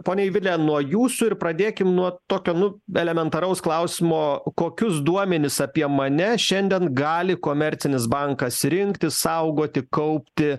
ponia eivile nuo jūsų ir pradėkim nuo tokio nu elementaraus klausimo kokius duomenis apie mane šiandien gali komercinis bankas rinkti saugoti kaupti